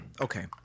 Okay